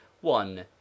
one